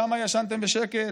שם ישנתם בשקט,